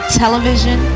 television